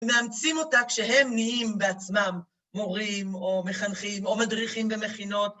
ומאמצים אותה כשהם נהיים בעצמם מורים או מחנכים או מדריכים במכינות.